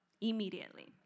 Immediately